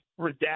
redact